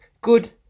Good